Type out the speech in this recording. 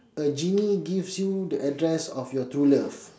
a genie gives you the address of your true love